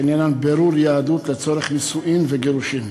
שעניינן בירור יהדות לצורך נישואים וגירושים,